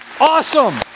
Awesome